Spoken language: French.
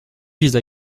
vise